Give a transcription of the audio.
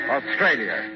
Australia